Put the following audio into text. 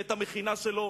ואת המכינה שלו,